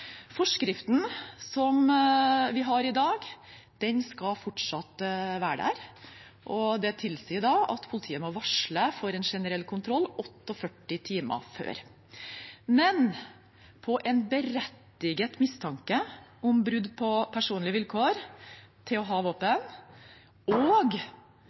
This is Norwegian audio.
fortsatt være der, og det tilsier at politiet for en generell kontroll må varsle 48 timer før. Men når det er en berettiget mistanke om brudd på de personlige vilkårene, og det er grunn til å